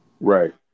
Right